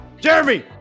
jeremy